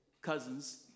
Cousins